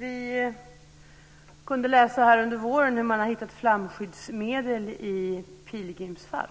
Fru talman! Vi kunde under våren läsa hur man hittat flamskyddsmedel i pilgrimsfalk.